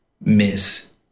miss